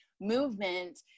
movement